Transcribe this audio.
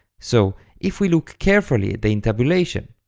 so if we look carefully at the intabulation,